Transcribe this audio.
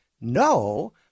No